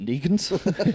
Negans